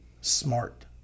smart